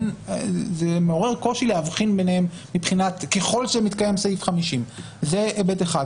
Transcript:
זה מעורר קושי להבחין ביניהם ככל שמתקיים סעיף 50. זה היבט אחד.